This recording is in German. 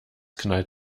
knallt